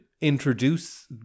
introduce